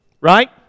Right